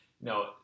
no